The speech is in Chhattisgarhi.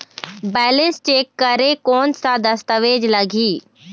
बैलेंस चेक करें कोन सा दस्तावेज लगी?